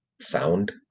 sound